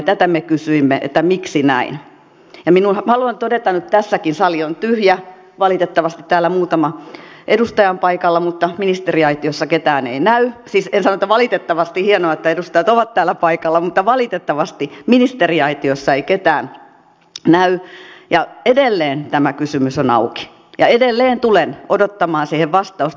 tätä me kysyimme että miksi näin ja haluan todeta nyt tässäkin sali on tyhjä valitettavasti täällä muutama edustaja on paikalla mutta ministeriaitiossa ketään ei näy siis en sano että valitettavasti hienoa että edustajat ovat täällä paikalla mutta valitettavasti ministeriaitiossa ei ketään näy että edelleen tämä kysymys on auki ja edelleen tulen odottamaan siihen vastausta